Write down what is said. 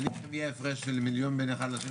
נניח אם יהיה הפרש של מיליון בין אחד לשני?